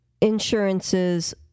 insurances